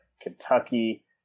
Kentucky